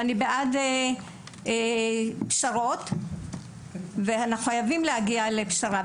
אני בעד פשרות, ואנחנו חייבים להגיע לפשרה.